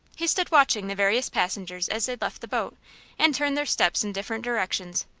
he stood watching the various passengers as they left the boat and turned their steps in different directions,